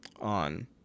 on